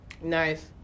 Nice